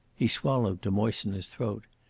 he swallowed to moisten his throat.